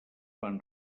van